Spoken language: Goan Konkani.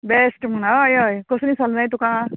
बेस्ट म्हण हय हय कसली सर न्हय तुका